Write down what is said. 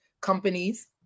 companies